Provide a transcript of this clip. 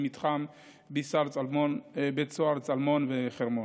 במתחם בית סוהר צלמון וחרמון.